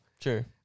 Sure